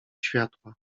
światła